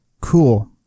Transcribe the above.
Cool